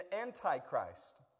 antichrist